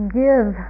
give